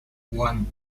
one